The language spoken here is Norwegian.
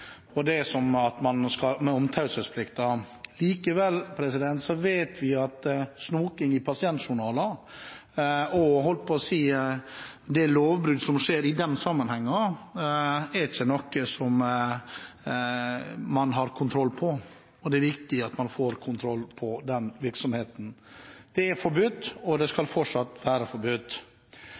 i de sammenhenger, er noe man ikke har kontroll på. Det er viktig at man får kontroll på den virksomheten. Det er forbudt, og det skal fortsatt være forbudt.